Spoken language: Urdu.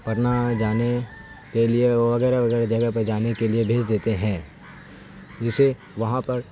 پٹنہ جانے کے لیے وغیرہ وغیرہ جگہ پہ جانے کے لیے بھیج دیتے ہیں جس سے وہاں پر